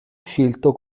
scelto